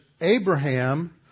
Abraham